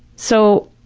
so,